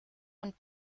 und